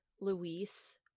Luis